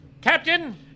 Captain